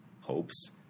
hopes